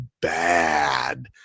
bad